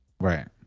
Right